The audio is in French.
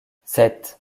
sept